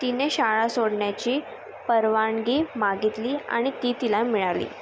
तिने शाळा सोडण्याची परवानगी मागितली आणि ती तिला मिळाली